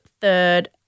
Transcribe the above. third